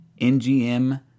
NGM